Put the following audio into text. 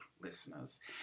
listeners